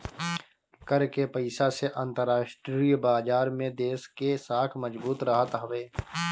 कर के पईसा से अंतरराष्ट्रीय बाजार में देस के साख मजबूत रहत हवे